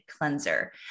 cleanser